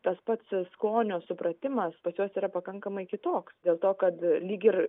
tas pats skonio supratimas pas juos yra pakankamai kitoks dėl to kad lyg ir